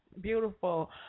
beautiful